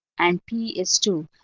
and p is two.